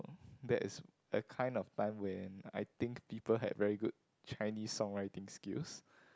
that is the kind of time when I think people had very good Chinese song writing skills